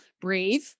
Breathe